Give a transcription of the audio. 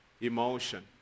emotion